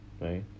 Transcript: right